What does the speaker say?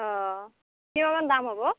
অ' কিমানমান দাম হ'ব